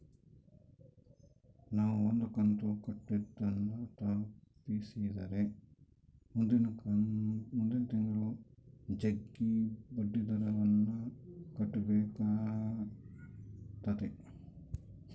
ನಾವು ಒಂದು ಕಂತು ಕಟ್ಟುದನ್ನ ತಪ್ಪಿಸಿದ್ರೆ ಮುಂದಿನ ತಿಂಗಳು ಜಗ್ಗಿ ಬಡ್ಡಿದರವನ್ನ ಕಟ್ಟಬೇಕಾತತೆ